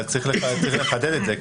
אבל צריך לחדד את זה,